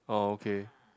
okay